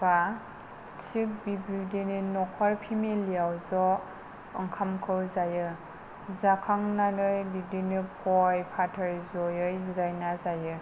एबा थिग बिब्दिनो न'खर फेमिलि आव ज' ओंखामखौ जायो जाखांनानै बिब्दिनो गय फाथै जयै जिरायना जायो